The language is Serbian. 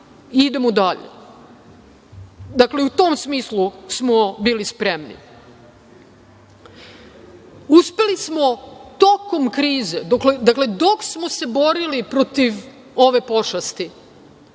idemo dalje. Dakle, u tom smislu smo bili spremni. Uspeli smo tokom krize, dok smo se borili protiv ove pošasti,